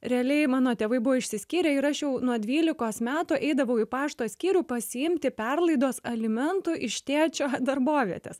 realiai mano tėvai buvo išsiskyrę ir aš jau nuo dvylikos metų eidavau į pašto skyrių pasiimti perlaidos alimentų iš tėčio darbovietės